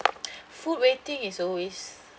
food waiting is always